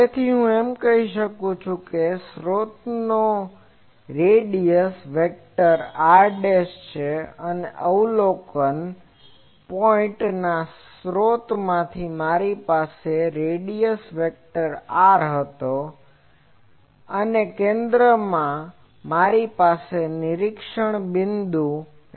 તેથી હું એમ કહી શકું છું કે આ સ્રોતનો રેડીયસ વેક્ટર r છે અને અવલોકન પોઈન્ટના સ્ત્રોતમાંથી મારી પાસે રેડીયસ વેક્ટર R હતો અને કેન્દ્રમાંથી મારી પાસે નિરીક્ષણ બિંદુ P